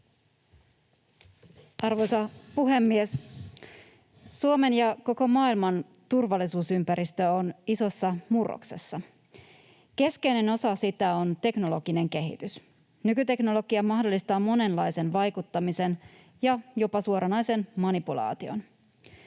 Arvoisa puhemies! Suomen ja koko maailman turvallisuusympäristö on isossa murroksessa. Keskeinen osa sitä on teknologinen kehitys. Nykyteknologia mahdollistaa monenlaisen vaikuttamisen ja jopa suoranaisen manipulaation.